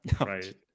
Right